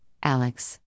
Alex